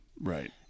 Right